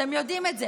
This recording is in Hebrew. אתם יודעים את זה,